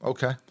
Okay